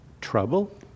trouble